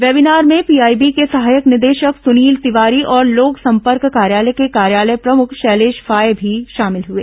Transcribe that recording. webinar में PIB के सहायक निदेशक सुनील तिवारी और लोक संपर्क कार्यालय के कार्यालय प्रमुख शैलेष फाये भी शामिल हुए